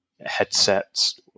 headsets